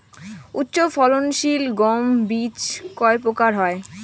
উচ্চ ফলন সিল গম বীজ কয় প্রকার হয়?